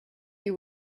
you